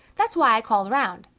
that's why i called round.